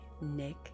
Nick